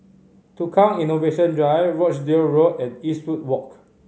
Tukang Innovation Drive Rochdale Road and Eastwood Walk